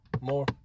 More